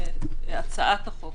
הצעת החוק